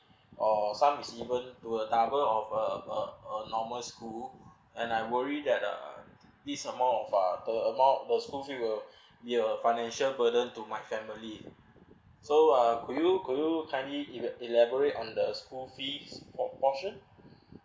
or some is even will double of uh uh uh normal school and I worry that uh this amount of uh the amount of school fees will be uh financial burden to my family so uh you could you kindly ela~ elaborate on the school fees por~ portion